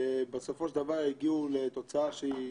בסופו של דבר, הגיעו לתוצאה שהם,